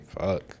Fuck